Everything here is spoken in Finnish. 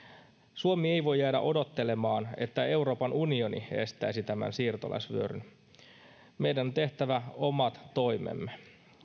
suomi ei voi jäädä odottelemaan että euroopan unioni estäisi tämän siirtolaisvyöryn meidän on tehtävä omat toimemme